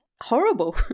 horrible